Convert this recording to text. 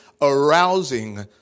arousing